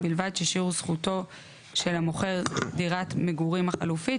ובלבד ששיעור זכותו של המוכר דירת המגורים החלופית